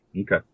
Okay